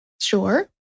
Sure